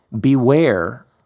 beware